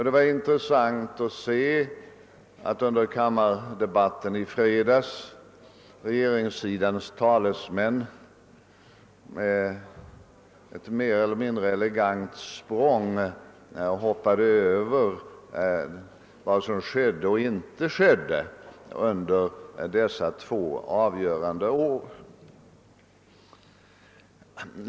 Det var intressant att konstatera att regeringens talesmän under kammardebatten i fredags med ett mer eller mindre elegant språng hoppade över vad som skedde och inte skedde under dessa två avgörande år.